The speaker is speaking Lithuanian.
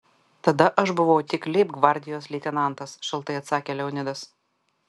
tada aš buvau tik leibgvardijos leitenantas šaltai atsakė leonidas